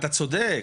אתה צודק,